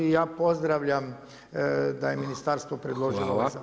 I ja pozdravljam da je ministarstvo predložilo